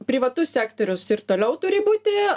privatus sektorius ir toliau turi būti